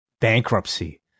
bankruptcy